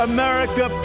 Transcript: America